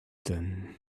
done